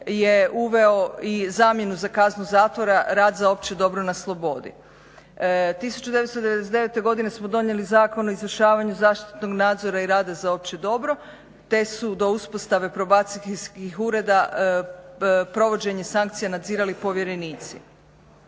je uveo i zamjenu za kaznu zatvora, rad za opće dobro na slobodi. 1999. godine smo donijeli Zakon o izvršavanju zaštitnog nadzora i rada za opće dobro te su do uspostave probacijskih ureda provođenje sankcija nadzirali povjerenici.